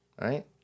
right